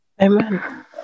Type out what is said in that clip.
Amen